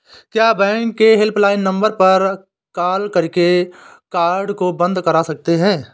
क्या बैंक के helpline number पर कॉल करके कार्ड को बंद करा सकते हैं?